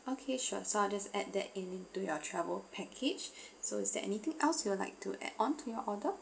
okay sure so I just add that into your travel package so is there anything else you'd like to add on to your order